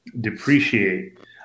depreciate